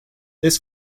this